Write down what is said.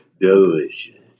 Delicious